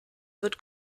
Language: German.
wird